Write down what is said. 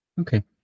Okay